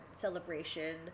celebration